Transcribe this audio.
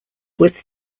was